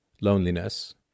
loneliness